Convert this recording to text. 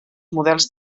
models